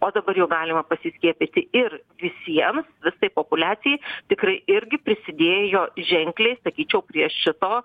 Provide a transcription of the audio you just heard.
o dabar jau galima pasiskiepyti ir visiems visai populiacijai tikrai irgi prisidėjo ženkliai sakyčiau prie šito